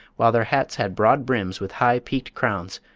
while their hats had broad brims with high, peaked crowns,